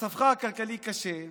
מצבך הכלכלי קשה,